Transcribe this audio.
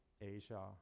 Asia